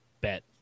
bet